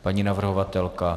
Paní navrhovatelka?